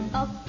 up